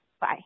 Bye